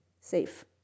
Safe